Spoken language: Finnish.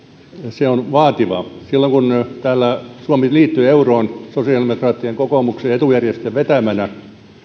se on vaativaa silloin kun suomi liittyi euroon sosiaalidemokraattien kokoomuksen ja etujärjestöjen vetämänä